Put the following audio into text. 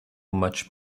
much